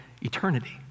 eternity